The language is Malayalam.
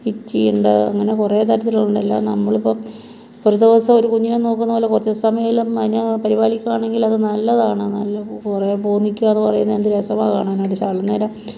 പിച്ചിയുണ്ട് അങ്ങന കുറേ തരത്തിലുണ്ട് എല്ലാം നമ്മളിപ്പം ഒരു ദിവസം ഒരു കുഞ്ഞിനെ നോക്കുന്നപോലെ കുറച്ച് സമയമെല്ലാം അതിനെ പരിപാലിക്കുകയാണെങ്കിൽ അതു നല്ലതാണ് നല്ല കുറേ പൂ നിൽക്കുകയെന്നു പറയുന്നത് എന്ത് രസമാണ് കാണാനായിട്ട്